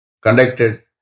conducted